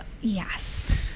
yes